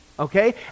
Okay